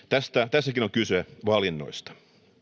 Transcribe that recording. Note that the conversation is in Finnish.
tässäkin kyse on valinnoista